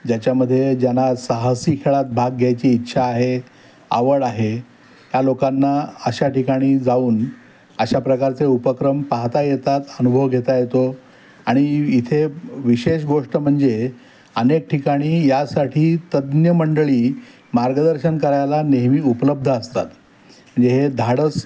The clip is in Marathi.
ज्याच्यामध्ये ज्यांना साहसी खेळात भाग घ्यायची इच्छा आहे आवड आहे त्या लोकांना अशा ठिकाणी जाऊन अशा प्रकारचे उपक्रम पाहता येतात अनुभव घेता येतो आणि इथे विशेष गोष्ट म्हणजे अनेक ठिकाणी यासाठी तज्ज्ञ मंडळी मार्गदर्शन करायला नेहमी उपलब्ध असतात म्हणजे हे धाडस